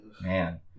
Man